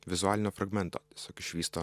vizualinio fragmento tiesiog išvysto